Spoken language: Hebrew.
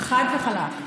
חד וחלק.